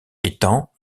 étant